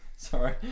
Sorry